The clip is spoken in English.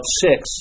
six